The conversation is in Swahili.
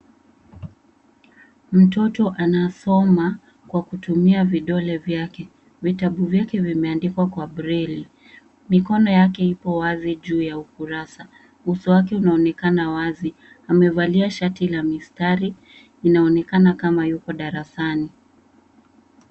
Mtoto anasoma kwa kutumia vidole vyake. Vitabu vyake vimeandikwa kutumia breli, mikono yake iko wqzi juu ya ukurasa. Uso wake unaonekana wazi amevalia shati la mistari, inaonekana kama yuko darasani.